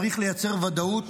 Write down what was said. צריך לייצר ודאות,